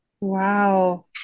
Wow